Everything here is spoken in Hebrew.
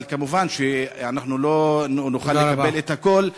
אבל מובן שלא נוכל לקבל את הכול.